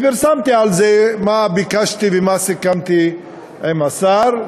פרסמתי על זה מה ביקשתי ומה סיכמתי עם השר,